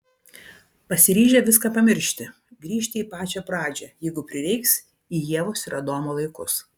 pasiryžę viską pamiršti grįžti į pačią pradžią jeigu prireiks į ievos ir adomo laikus